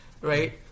right